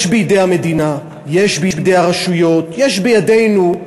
יש בידי המדינה, יש בידי הרשויות, יש בידינו,